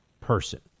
person